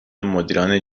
مدیران